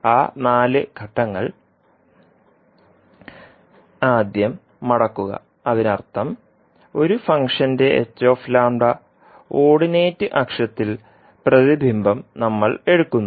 ആ നാല് ഘട്ടങ്ങൾ ആദ്യം മടക്കുക അതിനർത്ഥം ഒരു ഫംഗ്ഷന്റെ ഓർഡിനേറ്റ് അക്ഷത്തിൽ പ്രതിബിംബം നമ്മൾ എടുക്കുന്നു